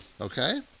Okay